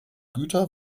güter